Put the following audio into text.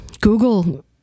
Google